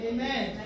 Amen